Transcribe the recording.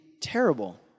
terrible